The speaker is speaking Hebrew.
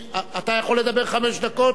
אתה יכול לדבר חמש דקות, כן.